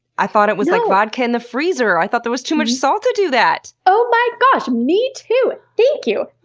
i thought it was like vodka in the freezer, i thought there was too much salt to do that! oh my gosh! me too! thank you,